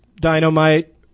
Dynamite